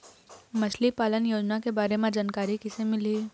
मछली पालन योजना के बारे म जानकारी किसे मिलही?